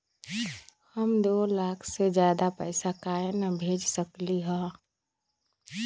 हम दो लाख से ज्यादा पैसा काहे न भेज सकली ह?